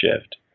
shift